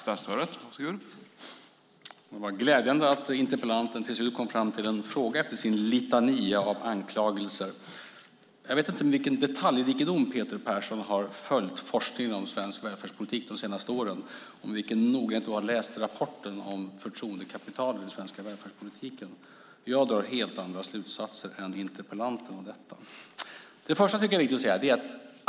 Herr talman! Det var glädjande att interpellanten till slut kom fram till en fråga efter sin litania av anklagelser. Jag vet inte med vilken detaljrikedom Peter Persson har följt forskningen om svensk välfärdspolitik de senaste åren och med vilken noggrannhet han har läst rapporten om förtroendekapitalen i den svenska välfärdspolitiken. Jag drar helt andra slutsatser än interpellanten av detta.